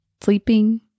sleeping